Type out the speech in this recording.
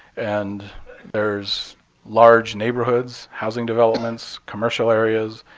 and there's large neighborhoods, housing developments, commercial areas.